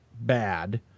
bad